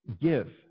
Give